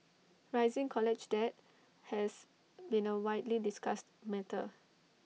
rising college debt has been A widely discussed matter